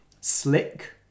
Slick